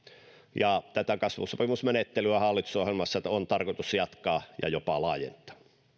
tätä kasvusopimusmenettelyä hallitusohjelmassa on tarkoitus jatkaa ja jopa laajentaa